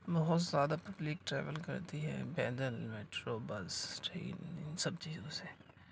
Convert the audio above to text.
بہت زیادہ public travel کرتی ہے پیدل میٹرو بس ٹرین ان سب چیزوں سے